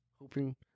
hoping